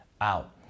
out